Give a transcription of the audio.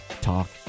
Talk